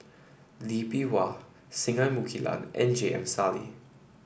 Lee Bee Wah Singai Mukilan and J M Sali